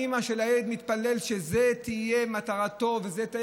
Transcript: האימא של הילד מתפללת שזו תהיה מטרתו וזו תהא